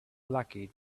lucky